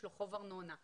יש לו חוב ארנונה,